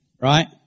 Right